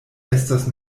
estas